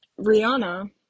Rihanna